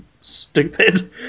stupid